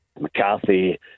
McCarthy